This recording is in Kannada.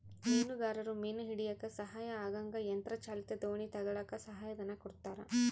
ಮೀನುಗಾರರು ಮೀನು ಹಿಡಿಯಕ್ಕ ಸಹಾಯ ಆಗಂಗ ಯಂತ್ರ ಚಾಲಿತ ದೋಣಿ ತಗಳಕ್ಕ ಸಹಾಯ ಧನ ಕೊಡ್ತಾರ